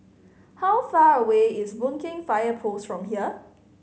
how far away is Boon Keng Fire Post from here